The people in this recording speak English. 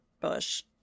bush